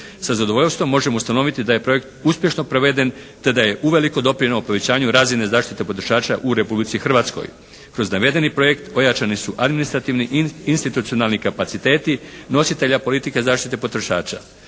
Sa zadovoljstvom možemo ustanoviti da je projekt uspješno proveden, te da je uvelike doprinjeo povećanju razine zaštite potrošača u Republici Hrvatskoj. Kroz navedeni projekt pojačani su administrativni institucionalni kapaciteta nositelja politike zaštite potrošača.